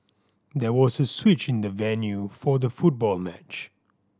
there was a switch in the venue for the football match